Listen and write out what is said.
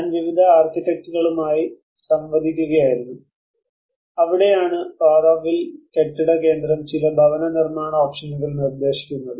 ഞാൻ വിവിധ ആർക്കിടെക്റ്റുകളുമായി സംവദിക്കുകയായിരുന്നു അവിടെയാണ് ആരോവിൽ കെട്ടിട കേന്ദ്രം ചില ഭവന നിർമ്മാണ ഓപ്ഷനുകൾ നിർദ്ദേശിക്കുന്നത്